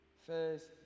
First